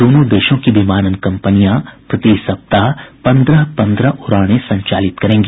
दोनों देशों की विमानन कंपनियां प्रति सप्ताह पंद्रह पंद्रह उड़ानें संचालित करेंगी